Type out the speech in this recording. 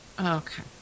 okay